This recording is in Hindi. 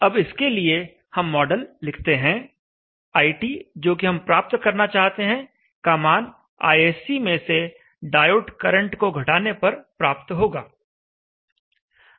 अब इसके लिए हम मॉडल लिखते हैं iT जो कि हम प्राप्त करना चाहते हैं का मान ISC में से डायोड करंट को घटाने पर प्राप्त होगा